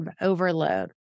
overload